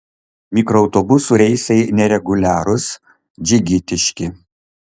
mikroautobusų reisai nereguliarūs džigitiški